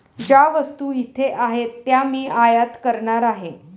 ज्या वस्तू इथे आहेत त्या मी आयात करणार आहे